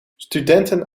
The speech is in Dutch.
studenten